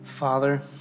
Father